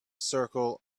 circle